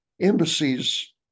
embassies